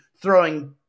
throwing